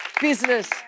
business